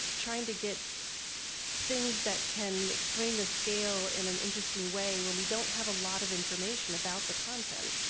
trying to get things that can explain the scale in an interesting way when we don't have a lot of information about the content.